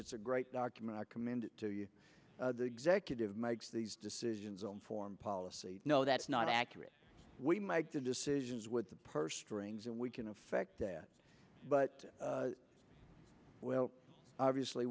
it's a great document i commend to you the executive makes these decisions on foreign policy no that's not accurate we make the decisions with the purse strings and we can affect that but well obviously